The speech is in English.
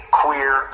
queer